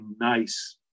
nice